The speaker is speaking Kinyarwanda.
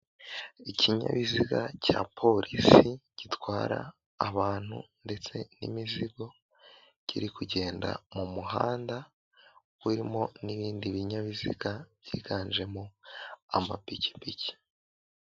Ikinyabiziga cya polisi, gitwara abantu ndetse n'imizigo, kiri kugenda mu muhanda, urimo n'ibindi binyabiziga byiganjemo amapikipiki.